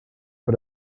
but